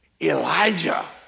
Elijah